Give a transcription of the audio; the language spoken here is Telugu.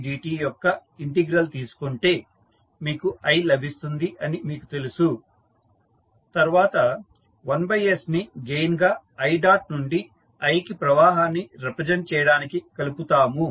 didt యొక్క ఇంటెగ్రల్ తీసుకుంటే మీకు i లభిస్తుంది అని మీకు తెలుసు తర్వాత 1s ని గెయిన్ గా i డాట్ నుంచి i కి ప్రవాహాన్ని రిప్రజెంట్ చేయడానికి కలుపుతాము